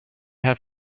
have